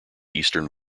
eastern